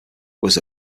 was